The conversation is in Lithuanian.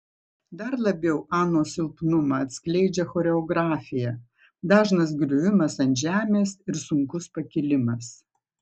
dar labiau anos silpnumą atskleidžia choreografija dažnas griuvimas ant žemės ir sunkus pakilimas